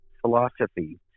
philosophy